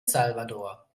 salvador